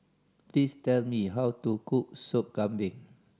please tell me how to cook Sup Kambing